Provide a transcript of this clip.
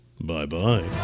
Bye-bye